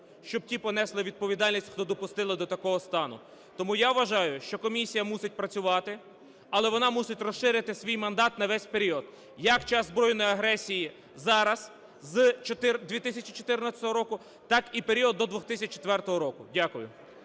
щоб ті понесли відповідальність, хто допустили до такого стану. Тому я вважаю, що комісія мусить працювати, але вона мусить розширити свій мандат на весь період, як в час збройної агресії зараз з 2014 року, так і період до 2004 року. Дякую.